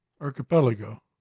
Archipelago